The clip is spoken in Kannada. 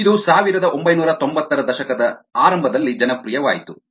ಇದು ಸಾವಿರದ ಒಂಬೈನೂರ ತೊಂಬತ್ತರ ದಶಕದ ಆರಂಭದಲ್ಲಿ ಜನಪ್ರಿಯವಾಯಿತು